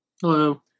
Hello